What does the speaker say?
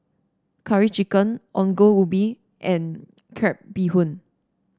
Curry Chicken Ongol Ubi and Crab Bee Hoon